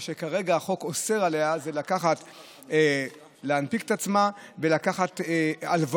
מה שכרגע החוק אוסר עליה זה להנפיק את עצמה ולקחת הלוואות.